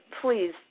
please